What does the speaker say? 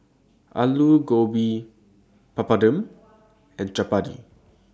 Alu Gobi Papadum and Chapati